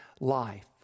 life